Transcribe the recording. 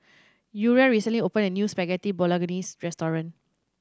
Uriah recently opened a new Spaghetti Bolognese restaurant